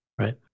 Right